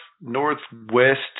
northwest